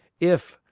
if,